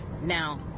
Now